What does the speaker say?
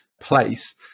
place